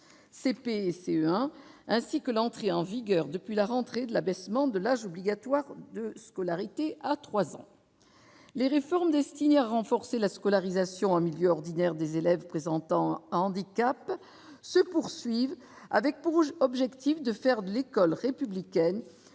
CP, CE1, ainsi que l'entrée en vigueur depuis la rentrée de l'abaissement de l'âge obligatoire de scolarité à 3 ans les réformes destinées à renforcer la scolarisation en milieu ordinaire des élèves présentant un handicap se poursuivent avec pour objectif de faire de l'école républicaine,